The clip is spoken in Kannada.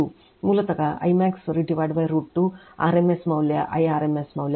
ಮೂಲತಃ I max √ 2 rms ಮೌಲ್ಯ I rms ಮೌಲ್ಯ